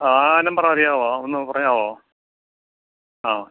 ആ നമ്പര് അറിയാമോ ഒന്ന് പറയാമോ അ